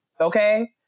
Okay